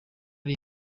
ari